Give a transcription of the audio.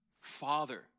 Father